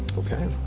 okay.